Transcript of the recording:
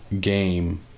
game